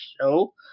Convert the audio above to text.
show